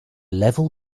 level